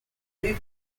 rib